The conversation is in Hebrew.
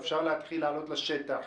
אפשר להתחיל לעלות לשטח.